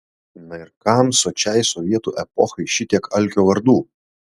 na ir kam sočiai sovietų epochai šitiek alkio vardų